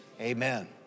Amen